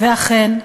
ואכן נדמה,